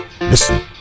Listen